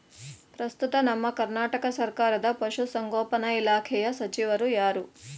ಪ್ರಸ್ತುತ ನಮ್ಮ ಕರ್ನಾಟಕ ಸರ್ಕಾರದ ಪಶು ಸಂಗೋಪನಾ ಇಲಾಖೆಯ ಸಚಿವರು ಯಾರು?